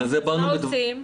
בגלל באנו --- מה עושים?